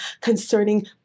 concerning